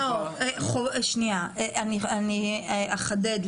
אני אחדד.